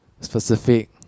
Specific